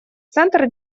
центр